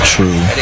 True